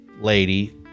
lady